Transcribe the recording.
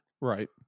Right